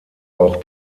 auch